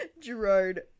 Gerard